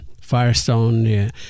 Firestone